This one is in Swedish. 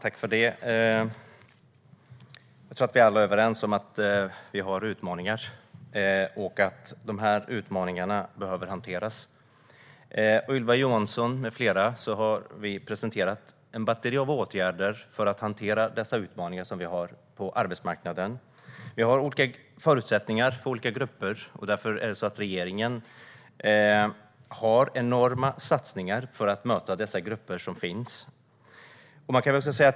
Herr talman! Jag tror att vi alla är överens om att vi har utmaningar och att de behöver hanteras. Ylva Johansson med flera har presenterat ett batteri av åtgärder för att hantera dessa utmaningar på arbetsmarknaden. Det är olika förutsättningar för olika grupper. Därför gör regeringen enorma satsningar för att möta de olika gruppernas behov.